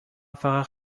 فقط